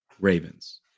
Ravens